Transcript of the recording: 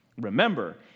Remember